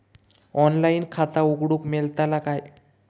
Online खाता उघडूक मेलतला काय?